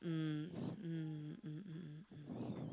mm mm mm mm mm mm mm